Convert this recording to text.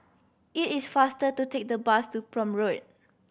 it is faster to take the bus to Prome Road